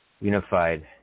unified